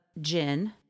gin